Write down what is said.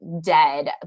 dead